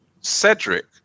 Cedric